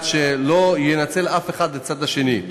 ושלא ינצל אף אחד את הצד השני.